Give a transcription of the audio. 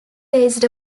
based